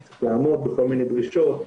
צריך לעמוד בכל מיני דרישות,